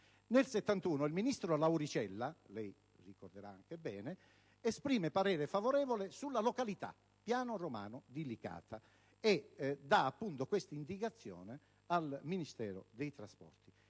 Nel 1971 il ministro Lauricella, che lei ricorderà bene, esprime parere favorevole sulla località Piano Romano di Licata e dà questa indicazione al Ministero dei trasporti.